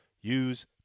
use